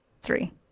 three